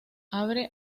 abre